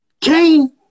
Kane